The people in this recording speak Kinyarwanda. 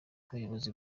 ubuyobozi